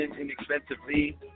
inexpensively